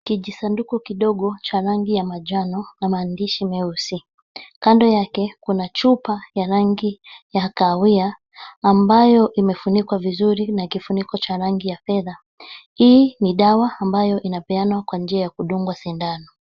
Kijisanduku kidogo cha rangi ya manjano na maandishi meusi. Kando yake kuna chupa ya rangi ya kahawia ambayo imefunikwa vizuri na kifuniko cha rangi ya fedha. Hii ni dawa ambayo inapeanwa kwa njia ya kudungwa sindano .